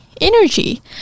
energy